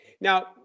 Now